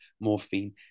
morphine